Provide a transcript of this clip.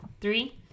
three